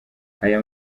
aya